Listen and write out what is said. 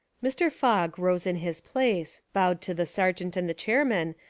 mr. fogg rose in his place, bowed to the sergeant and the chairman,